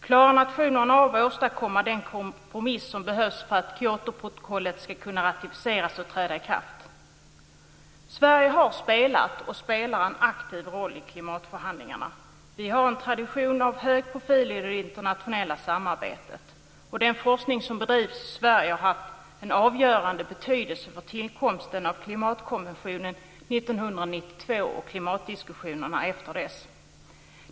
Klarar nationerna av att åstadkomma den kompromiss som behövs för att Kyotoprotokollet ska kunna ratificeras och träda i kraft? Sverige har spelat, och spelar, en aktiv roll i klimatförhandlingarna. Vi har av tradition en hög profil i det internationella samarbetet. Den forskning som bedrivs i Sverige har haft en avgörande betydelse för tillkomsten av klimatkonventionen 1992 och för klimatdiskussionerna efter det.